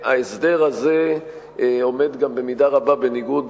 ההסדר הזה גם עומד במידה רבה בניגוד